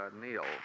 Neil